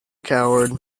coward